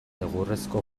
egurrezko